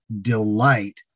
delight